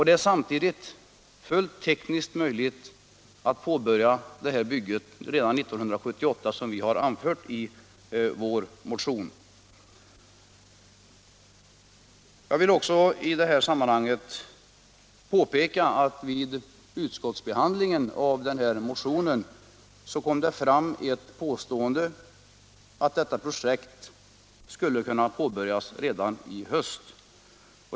Det är samtidigt fullt möjligt att påbörja detta bygge redan 1978, såsom vi anfört i vår motion. Jag kan i det här sammanhanget också påpeka att det vid utskottsbehandlingen av den här motionen påstods att detta projekt skulle kunna påbörjas redan i höst.